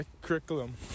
curriculum